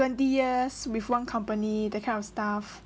twenty years with one company that kind of stuff